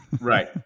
Right